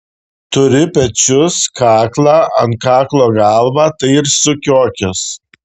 turi pečius kaklą ant kaklo galvą tai ir sukiokis